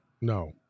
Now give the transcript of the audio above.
No